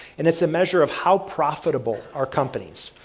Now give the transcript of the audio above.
and it's a measure of how profitable are companies.